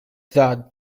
that